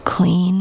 Clean